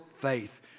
faith